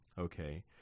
Okay